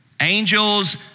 Angels